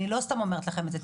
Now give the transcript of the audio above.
אני לא סתם אומרת לכם את זה.